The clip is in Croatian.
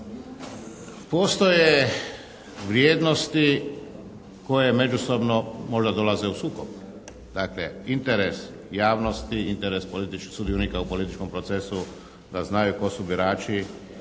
postoje vrijednosti koje međusobno možda dolaze u sukob. Dakle interes javnosti, interes sudionika u političkom procesu da znaju tko su birači